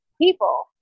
people